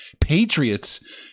Patriots